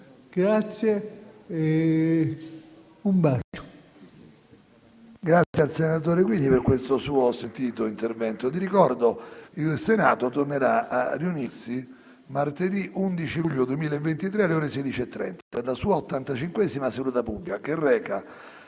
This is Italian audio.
Grazie, un bacio.